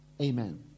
amen